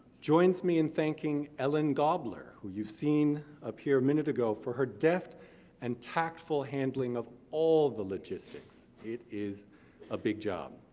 joins me in thanking ellen gobler, who you've seen up here a minute ago, for her deft and tactful handling of all the logistics, it is a big job.